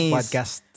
podcast